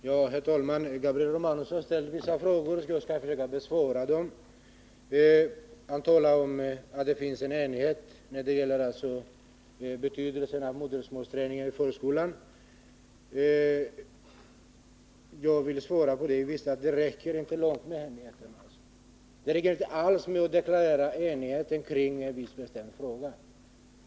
Herr talman! Gabriel Romanus har ställt vissa frågor som jag skall försöka besvara. Han framhåller att det råder enighet om betydelsen av modersmålsträning i förskolan. Men det räcker inte långt. Det räcker inte alls att deklarera enighet kring en viss bestämd fråga.